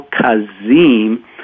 Kazim